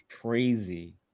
crazy